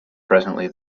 presently